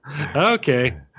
Okay